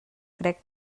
crec